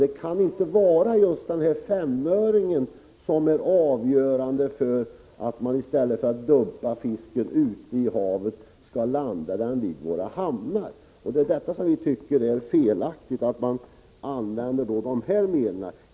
Det kan inte vara just femöringen som är avgörande för att man i stället för att dumpa fisken ute i havet skall landa den vid våra hamnar. Vi tycker det är felaktigt att använda de här medlen till detta.